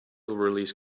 release